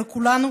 אלא כולנו,